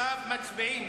עכשיו מצביעים,